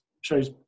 shows